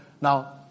Now